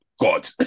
God